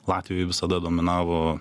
latvijoj visada dominavo